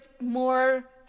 more